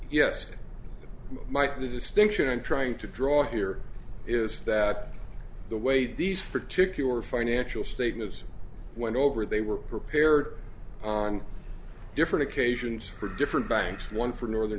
yes mike the distinction i'm trying to draw here is that the way these particular financial statements went over they were prepared on different occasions for different banks one for northern